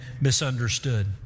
misunderstood